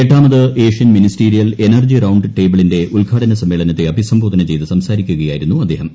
എട്ടാമത് Asian ministerial energy round ടേബിളിന്റെ ഉദ്ഘാടന സമ്മേളനത്തെ അഭിസംബോധന ചെയ്ത് സംസാരിക്കുകയായിരുന്നു അദ്ദേഹം